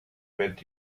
with